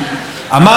זיכרונו לברכה,